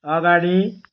अगाडि